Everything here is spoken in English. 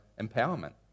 empowerment